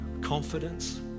confidence